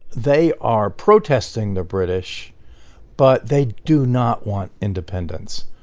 they are protesting the british but they do not want independence.